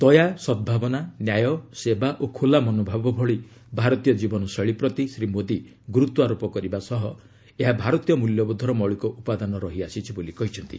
ଦୟା ସଦଭାବନା ନ୍ୟାୟ ସେବା ଓ ଖୋଲା ମନୋଭାବ ଭଳି ଭାରତୀୟ ଜୀବନ ଶୈଳୀ ପ୍ରତି ଶ୍ରୀ ମୋଦୀ ଗୁରୁତ୍ୱାରୋପ କରିବା ସହ ଏହା ଭାରତୀୟ ମୂଲ୍ୟବୋଧର ମୌଳିକ ଉପାଦାନ ରହି ଆସିଛି ବୋଲି କହିଛନ୍ତି